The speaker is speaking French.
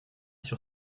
sur